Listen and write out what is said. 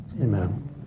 Amen